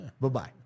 Bye-bye